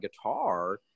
guitar